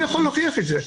מי יכול להוכיח את זה?